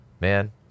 man